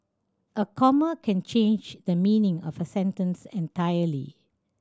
a comma can change the meaning of a sentence entirely